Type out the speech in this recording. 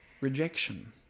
rejection